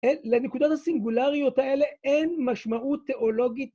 לנקודות הסינגולריות האלה אין משמעות תיאולוגית.